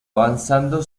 avanzando